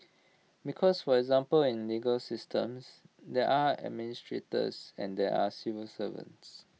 because for example in legal systems there are administrators and there are civil servants